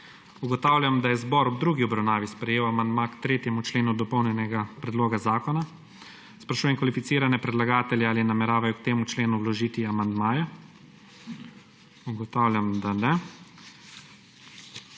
Ugotavljam, da je zbor ob drugi obravnavi sprejel amandma k 3. členu dopolnjenega predloga zakona. Sprašujem kvalificirane predlagatelje, ali nameravajo k temu členu vložiti amandmaje. Ugotavljam, da ne.